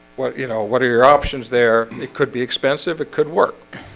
what you know, what are your options there? it could be expensive it could work